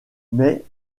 mais